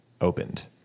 opened